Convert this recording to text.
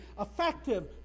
effective